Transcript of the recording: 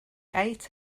ate